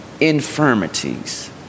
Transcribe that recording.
Infirmities